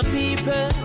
people